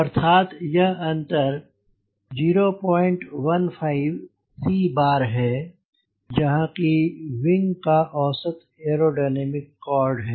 अर्थात यह अंतर 015 c है जहाँ कि विंग का औसत एयरोडायनामिक कॉर्ड है